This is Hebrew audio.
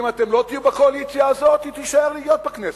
אם אתם לא תהיו בקואליציה הזאת היא תישאר להיות בכנסת,